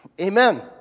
Amen